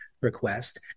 Request